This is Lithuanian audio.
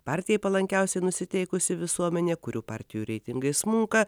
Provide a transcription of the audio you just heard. partijai palankiausiai nusiteikusi visuomenė kurių partijų reitingai smunka